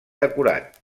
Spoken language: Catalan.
decorat